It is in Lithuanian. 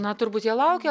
na turbūt jie laukia